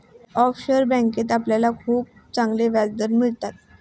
offshore बँकेत आपल्याला खूप चांगले व्याजदर मिळतात